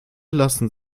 lassen